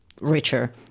richer